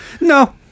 no